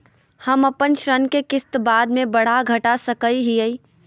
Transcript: हम अपन ऋण के किस्त बाद में बढ़ा घटा सकई हियइ?